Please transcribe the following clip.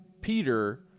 Peter